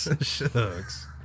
shucks